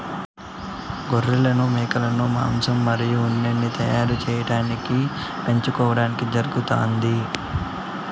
గొర్రెలు, మేకలను మాంసం మరియు ఉన్నిని తయారు చేయటానికి పెంచుకోవడం జరుగుతాంది